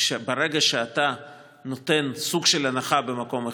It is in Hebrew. ברגע שאתה נותן סוג של הנחה במקום אחד,